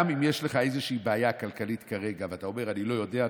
גם אם יש לך איזושהי בעיה כלכלית כרגע ואתה אומר: אני לא יודע,